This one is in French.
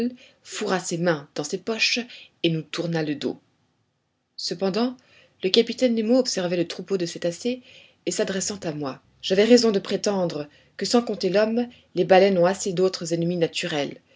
fourra ses mains dans ses poches et nous tourna le dos cependant le capitaine nemo observait le troupeau de cétacés et s'adressant à moi j'avais raison de prétendre que sans compter l'homme les baleines ont assez d'autres ennemis naturels